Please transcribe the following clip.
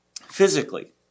physically